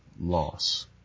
loss